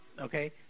Okay